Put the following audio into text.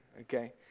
okay